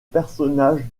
personnage